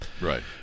Right